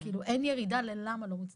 הן לא מוצדקות, אין ירידה ללמה.